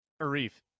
Arif